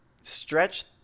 Stretch